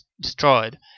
destroyed